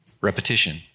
Repetition